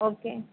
okay